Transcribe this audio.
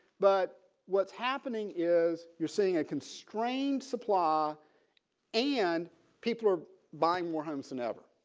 but what's happening is you're seeing a constrained supply and people are buying more homes than ever.